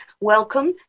welcome